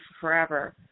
forever